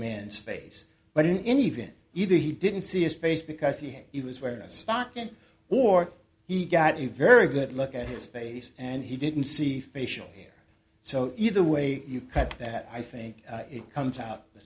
man's face but in in even either he didn't see a space because he had he was wearing a stocking or he got a very good look at his face and he didn't see facial hair so either way you cut that i think it comes out the